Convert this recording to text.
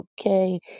okay